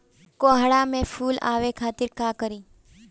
कोहड़ा में फुल आवे खातिर का करी?